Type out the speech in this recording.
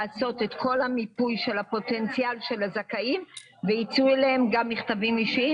מיפוי הפוטנציאל של הזכאים ויצאו אליהם מכתבים אישיים,